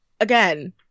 again